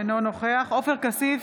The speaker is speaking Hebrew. אינו נוכח עופר כסיף,